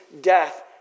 death